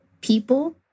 people